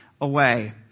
away